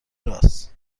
راست